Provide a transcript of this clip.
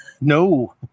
No